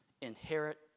inherit